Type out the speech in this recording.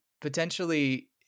Potentially